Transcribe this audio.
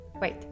wait